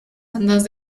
bandas